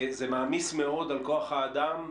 זה מעמיס מאוד על כוח האדם,